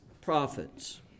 prophets